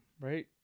right